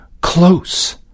close